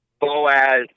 Boaz